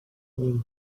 knee